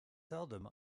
seldom